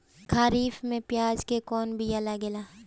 खरीफ में प्याज के कौन बीया लागेला?